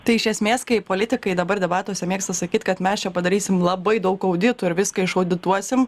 tai iš esmės kai politikai dabar debatuose mėgsta sakyt kad mes čia padarysim labai daug auditų ir viską išaudituosim